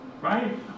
Right